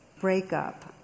breakup